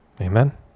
Amen